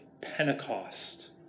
Pentecost